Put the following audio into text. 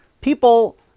people